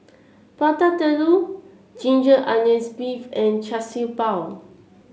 Prata Telur Ginger Onions beef and Char Siew Bao